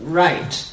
right